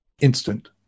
instant